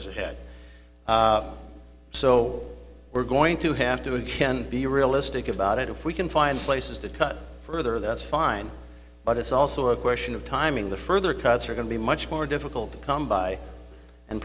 years ahead so we're going to have to be realistic about it if we can find places to cut further that's fine but it's also a question of timing the further cuts are going to be much more difficult to come by and